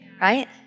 right